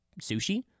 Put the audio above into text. sushi